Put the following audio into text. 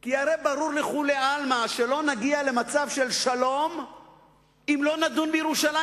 כי הרי ברור לכולי עלמא שלא נגיע למצב של שלום אם לא נדון בירושלים.